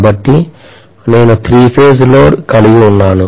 కాబట్టి నేను three phase load కలిగి ఉన్నాను